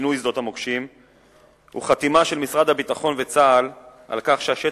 פינוי שדות המוקשים הוא חתימה של משרד הביטחון וצה"ל על כך שהשטח,